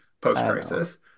post-crisis